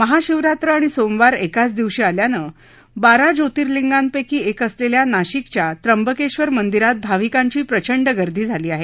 महाशिवरात्र आणि सोमवार एकाच दिवशी आल्याने बारा ज्योतिर्लिंगांपैकी एक असलेल्या नाशिकच्या त्र्यंबकेश्वर मंदिरात भाविकांची प्रचंड गर्दी झाली आहे